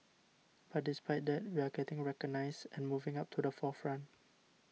but despite that we are getting recognised and moving up to the forefront